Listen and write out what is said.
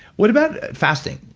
what about fasting?